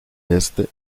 este